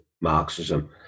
Marxism